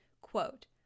Quote